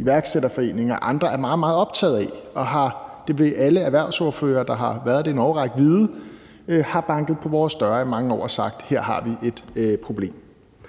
Iværksætter Forening og andre, er meget, meget optaget af – det vil alle erhvervsordførere, der har været det i en årrække, vide – og de har banket på vores døre i mange år og har sagt, at her har vi et problem.